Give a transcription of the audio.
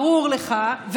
ברור לך,